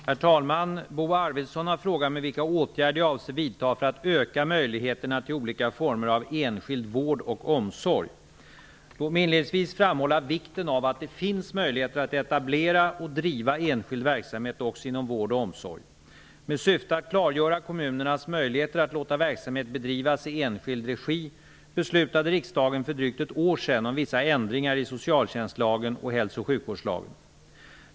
Herr talman! Bo Arvidson har frågat mig vilka åtgärder jag avser vidta för att öka möjligheterna till olika former av enskild vård och omsorg. Låt mig inledningsvis framhålla vikten av att det finns möjligheter att etablera och driva enskild verksamhet också inom vård och omsorg. Med syfte att klargöra kommunernas möjligheter att låta verksamhet bedrivas i enskild regi beslutade riksdagen för drygt ett år sedan om vissa ändringar i socialtjänstlagen och hälso och sjukvårdslagen .